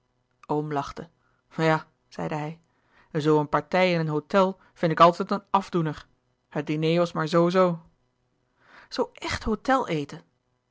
oom lachte ja zeide hij zoo een partij in een hôtel vind ik altijd een afdoener het diner was maar zoo-zoo zoo echt hôtel eten